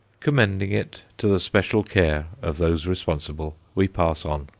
commending it to the special care of those responsible, we pass on.